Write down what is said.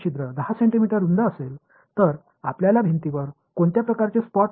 இந்த துளை 10 சென்டிமீட்டர் அகலமாக இருந்தால் சுவரில் எவ்வளவு பெரிய ஒளி வட்டத்தை நீங்கள் காண்பீர்கள்